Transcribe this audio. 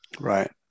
Right